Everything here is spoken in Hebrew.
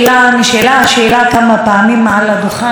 ונשאלה השאלה כמה פעמים על הדוכן הזה,